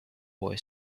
boy